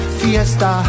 fiesta